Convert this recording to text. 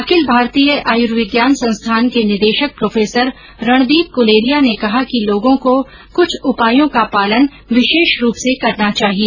अखिल भारतीय आयूर्विज्ञान संस्थान के निदेशक प्रोफेसर रणदीप गुलेरिया ने कहा कि लोगों को कुछ उपायों का पालन विशेष रूप से करना चाहिए